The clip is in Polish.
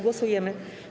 Głosujemy.